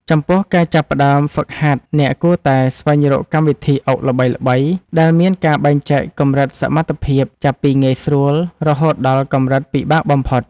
ចំពោះការចាប់ផ្ដើមហ្វឹកហាត់អ្នកគួរតែស្វែងរកកម្មវិធីអុកល្បីៗដែលមានការបែងចែកកម្រិតសមត្ថភាពចាប់ពីងាយស្រួលរហូតដល់កម្រិតពិបាកបំផុត។